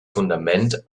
fundament